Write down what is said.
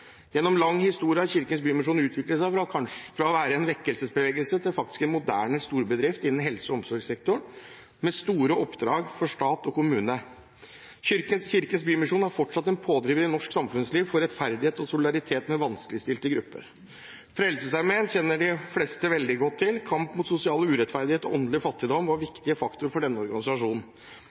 Gjennom lang historie har Kirkens Bymisjon utviklet seg fra å være en vekkelsesbevegelse til faktisk en moderne storbedrift innen helse- og omsorgssektoren med store oppdrag for stat og kommune. Kirkens Bymisjon er fortsatt en pådriver i norsk samfunnsliv for rettferdighet og solidaritet med vanskeligstilte grupper. Frelsesarmeen kjenner de fleste veldig godt til. Kamp mot sosial urettferdighet og åndelig fattigdom var viktige faktorer for denne organisasjonen.